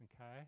Okay